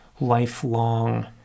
lifelong